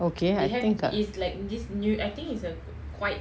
okay I think ah